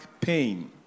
pain